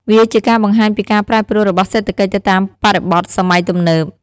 វាជាការបង្ហាញពីការប្រែប្រួលរបស់សេដ្ឋកិច្ចទៅតាមបរិបទសម័យទំនើប។